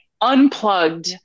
unplugged